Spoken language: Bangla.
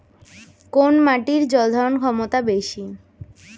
কোন মাটির জল ধারণ ক্ষমতা বেশি?